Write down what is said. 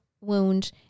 wound